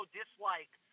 dislike